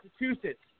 Massachusetts